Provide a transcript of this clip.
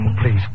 Please